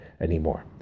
anymore